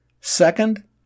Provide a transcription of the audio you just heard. Second